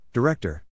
Director